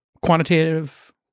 quantitative